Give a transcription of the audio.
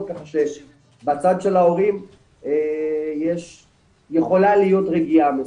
ככה שבצד של ההורים יכולה להיות רגיעה מסויימת,